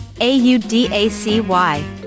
A-U-D-A-C-Y